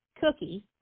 cookie